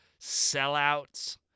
sellouts